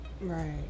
right